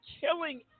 killing